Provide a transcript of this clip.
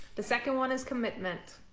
the second one is commitment.